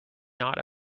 not